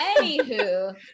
Anywho